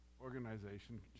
organization